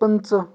پٕنٛژٕہ